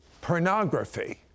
pornography